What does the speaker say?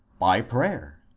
by prayer.